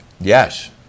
Yes